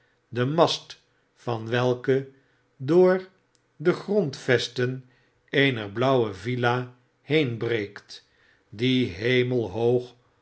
de mast van welke door de grondvesten eener blauwe villa heenbreekt die hemelhoog